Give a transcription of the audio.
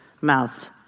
mouth